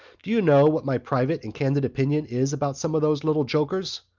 do you know what my private and candid opinion is about some of those little jokers?